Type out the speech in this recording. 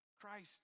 Christ